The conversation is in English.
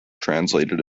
translated